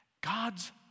God's